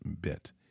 bit